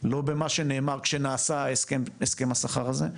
לא במה שנאמר כשנעשה הסכם השכר הזה,